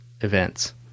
events